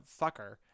fucker